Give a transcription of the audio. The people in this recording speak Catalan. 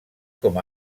com